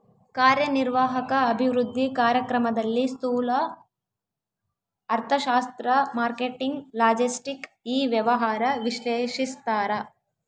ಕಾರ್ಯನಿರ್ವಾಹಕ ಅಭಿವೃದ್ಧಿ ಕಾರ್ಯಕ್ರಮದಲ್ಲಿ ಸ್ತೂಲ ಅರ್ಥಶಾಸ್ತ್ರ ಮಾರ್ಕೆಟಿಂಗ್ ಲಾಜೆಸ್ಟಿಕ್ ಇ ವ್ಯವಹಾರ ವಿಶ್ಲೇಷಿಸ್ತಾರ